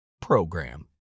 program